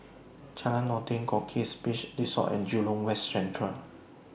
Jalan Noordin Goldkist Beach Resort and Jurong West Central